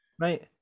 Right